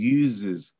uses